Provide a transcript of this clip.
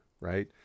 Right